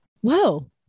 whoa